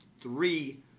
three